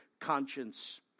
conscience